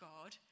God